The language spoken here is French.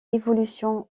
évolution